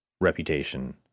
reputation